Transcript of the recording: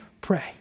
pray